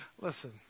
listen